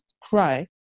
cry